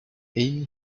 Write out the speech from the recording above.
amy